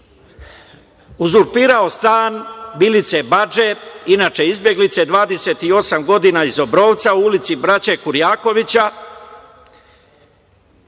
uzurpirao stan Milice Badže, inače izbeglice, 28 godina, iz Obrovca u Ulici Braće Kurjakovića